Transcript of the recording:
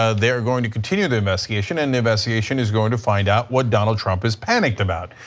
ah they are going to continue the investigation and the investigation is going to find out what donald trump is panicked about.